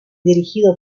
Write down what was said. dirigido